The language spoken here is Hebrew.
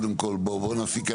בואו נפסיק,